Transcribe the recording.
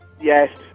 Yes